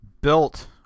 built